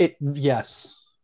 Yes